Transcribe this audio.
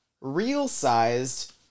real-sized